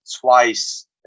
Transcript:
twice